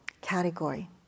category